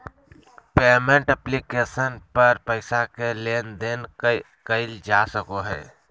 payment application पर पैसा के लेन देन कइल जा सको हइ